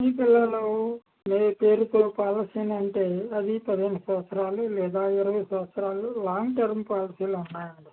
మీ పిల్లలు పేరుతో పాలసీ అంటే పదిహేను సంవత్సరాలు లేదా ఇరవై సంవత్సరాలు లాంగ్ టర్మ్ పాలసీలు ఉన్నాయండి